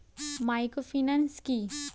Microfinance কি?